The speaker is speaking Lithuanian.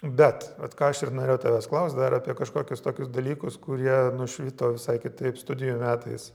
bet vat ką aš ir norėjau tavęs klaust dar apie kažkokius tokius dalykus kurie nušvito visai kitaip studijų metais